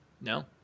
No